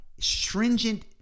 stringent